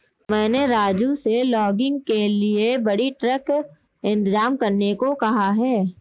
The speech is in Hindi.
मैंने राजू से लॉगिंग के लिए बड़ी ट्रक इंतजाम करने को कहा है